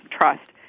trust